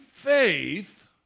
Faith